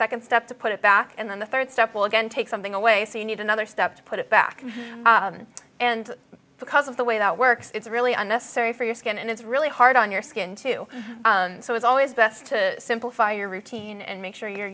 second step to put it back and then the third step will again take something away so you need another step to put it back and because of the way that works it's really unnecessary for your skin and it's really hard on your skin too so it's always best to simplify your routine and make sure you